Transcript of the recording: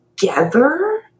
Together